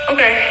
Okay